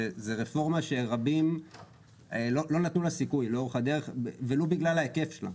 זאת רפורמה שרבים לא נתנו לה סיכוי ולו בגלל ההיקף שלה,